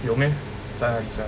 有 meh 在哪里 sia